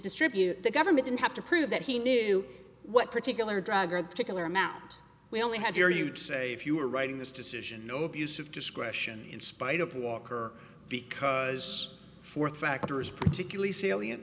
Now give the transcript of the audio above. distribute the government didn't have to prove that he knew what particular drug or the particular amount we only had to say if you were writing this decision no abuse of discretion in spite of walker because fourth factor is particularly salient